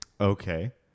okay